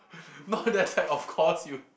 no that's like of course you